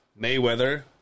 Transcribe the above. Mayweather